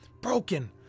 broken